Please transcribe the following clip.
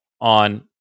on